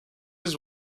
his